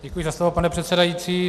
Děkuji za slovo, pane předsedající.